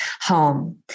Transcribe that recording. home